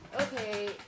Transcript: Okay